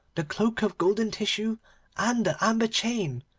the cloak of golden tissue and the amber chain.